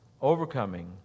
overcoming